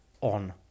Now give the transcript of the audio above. on